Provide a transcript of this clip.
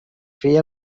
feia